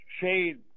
shade